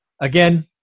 again